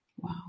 wow